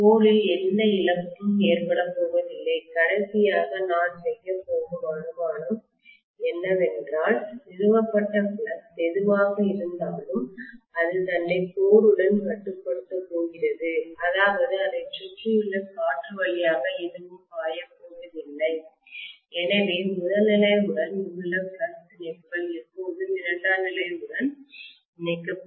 கோரில் எந்த இழப்பும் ஏற்படப்போவதில்லை கடைசியாக நான் செய்யப்போகும் அனுமானம் என்னவென்றால் நிறுவப்பட்ட ஃப்ளக்ஸ் எதுவாக இருந்தாலும் அது தன்னை கோருடன் கட்டுப்படுத்தப் போகிறது அதாவது அதைச் சுற்றியுள்ள காற்று வழியாக எதுவும் பாயப்போவதில்லை எனவே முதல்நிலை உடன் உள்ள ஃப்ளக்ஸ் இணைப்புகள் எப்போதும் இரண்டாம் நிலை உடன் இணைக்கப்படும்